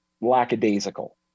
lackadaisical